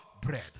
bread